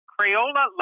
Crayola